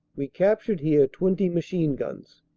we captured here twenty machine guns.